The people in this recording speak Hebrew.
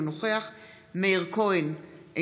אינו נוכח מאיר כהן,